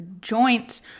joints